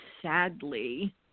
Sadly